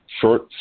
Short